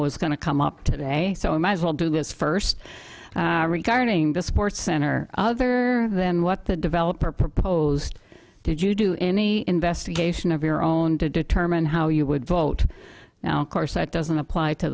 was going to come up today so i'm as well do this first regarding this sports center other than what the developer proposed did you do any investigation of your own to determine how you would vote now course that doesn't apply to